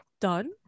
Done